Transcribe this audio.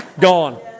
Gone